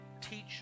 teach